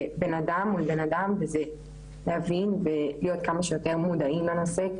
זה בן אדם מול בן וזה להבין ולהיות כמה שיותר מודעים לנושא.